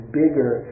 bigger